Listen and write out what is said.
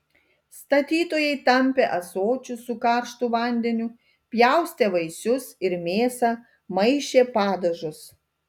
statytojai tampė ąsočius su karštu vandeniu pjaustė vaisius ir mėsą maišė padažus